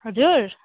हजुर